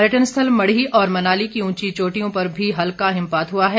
पर्यटन स्थल मढ़ी और मनाली की ऊंची चोटियों पर भी हल्का हिमपात हुआ है